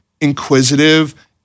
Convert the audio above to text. inquisitive